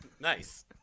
Nice